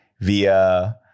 via